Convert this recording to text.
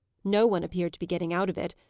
no one appeared to be getting out of it,